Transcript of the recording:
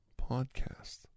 podcast